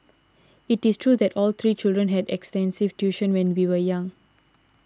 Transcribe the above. it is true that all three children had extensive tuition when we were young